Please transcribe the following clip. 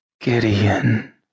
Gideon